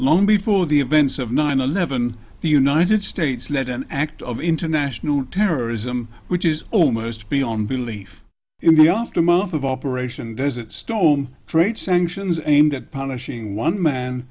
long before the events of nine eleven the united states led an act of international terrorism which is almost beyond belief in the aftermath of operation desert storm trade sanctions aimed at punishing one man